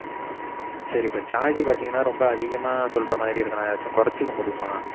ஓகேணா சரி இப்போ சார்ஜ் பார்த்திங்கன்னா ரொம்ப அதிகமாக சொல்கிற மாதிரி இருக்குணா எதாச்சும் குறச்சிக்க முடியுமா